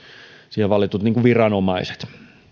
siihen valitut viranomaiset